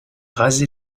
raser